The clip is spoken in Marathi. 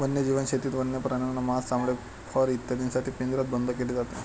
वन्यजीव शेतीत वन्य प्राण्यांना मांस, चामडे, फर इत्यादींसाठी पिंजऱ्यात बंद केले जाते